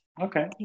Okay